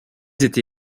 été